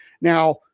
Now